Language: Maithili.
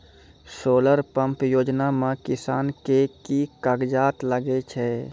सोलर पंप योजना म किसान के की कागजात लागै छै?